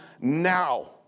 now